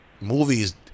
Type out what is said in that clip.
movies